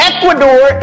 Ecuador